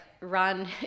run